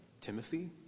timothy